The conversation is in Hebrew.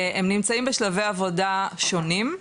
הם נמצאים בשלבי עבודה שונים,